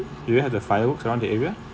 do you have the fireworks around the area